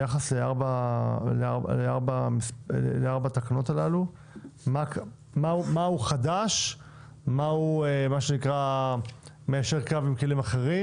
ביחס לארבעת התקנות הללו מה חדש ומה מיישר קו עם כלים אחרים.